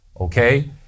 okay